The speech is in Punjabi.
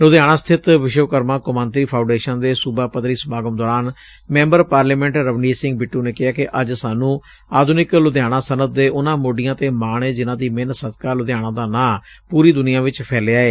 ਲੁਧਿਆਣਾ ਸਥਿਤ ਵਿਸ਼ਵਕਰਮਾ ਕੌਮਾਂਤਰੀ ਫਾਉਂਡੇਸ਼ਨ ਦੇ ਸੁਬਾ ਪੱਧਰੀ ਸਮਾਗਮ ਦੌਰਾਨ ਮੈਂਬਰ ਪਾਰਲੀਮੈਂਟ ਰਵਨੀਤ ਸਿੰਘ ਬਿੱਟੂ ਨੇ ਕਿਹੈ ਕਿ ਅੱਜ ਸਾਨੂੰ ਆਧੁਨਿਕ ਲੁਧਿਆਣਾ ਸਨੱਅਤ ਦੇ ਉਨੂਾਂ ਮੋਢੀਆਂ ਤੇ ਮਾਣ ਏ ਜਿਨ੍ਹਾ ਦੀ ਮਿਹਨਤ ਸਦਕਾ ਲੁਧਿਆਣਾ ਦਾ ਨਾਂ ਪੂਰੀ ਦੁਨੀਆਂ ਚ ਫੈਲਿਆ ਏ